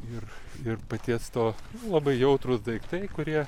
ir ir paties to labai jautrūs daiktai kurie